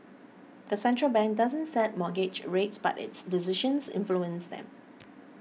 the central bank doesn't set mortgage rates but its decisions influence them